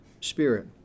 spirit